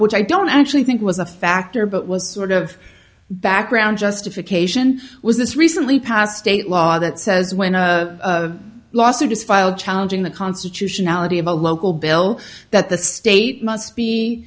which i don't actually think was a factor but was sort of background justification was this recently passed state law that says when a lawsuit is filed challenging the constitutionality of a local bill that the state must be